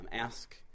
ask